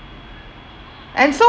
and so